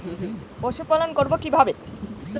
পশুপালন করব কিভাবে?